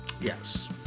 Yes